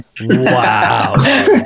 Wow